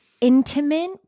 intimate